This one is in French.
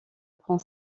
prend